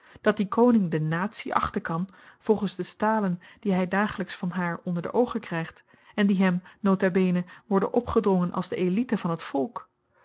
dat die koning de natie achten kan volgens de stalen die hy dagelyks van haar onder de oogen krygt en die hem nota bene worden opgedrongen als de élite van t volk